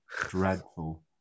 dreadful